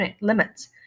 limits